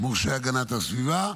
מורשה הגנת הסביבה.